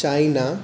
China